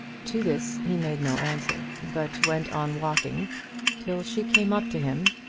to this he made no answer, but went on walking till she came up to him,